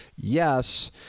Yes